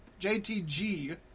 JTG